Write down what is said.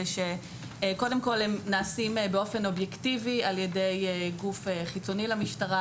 שקודם כל הם נעשים באופן אובייקטיבי על ידי גוף חיצוני למשטרה,